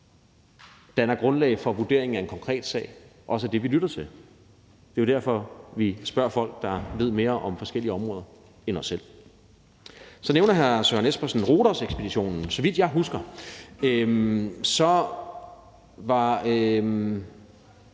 danner grundlag for vurderingen af en konkret sag, også er dem, vi lytter til. Det er jo derfor, vi spørger folk, der ved mere om forskellige områder end os selv. Kl. 10:17 Så nævner hr. Søren Espersen Rhodosekspeditionen. Så vidt jeg husker, var